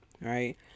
right